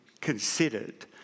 considered